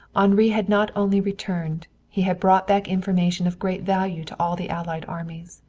henri had not only returned, he had brought back information of great value to all the allied armies.